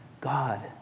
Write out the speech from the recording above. God